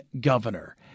governor